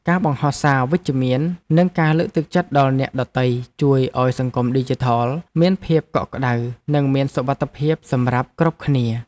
ការបង្ហោះសារវិជ្ជមាននិងការលើកទឹកចិត្តដល់អ្នកដទៃជួយឱ្យសង្គមឌីជីថលមានភាពកក់ក្តៅនិងមានសុវត្ថិភាពសម្រាប់គ្រប់គ្នា។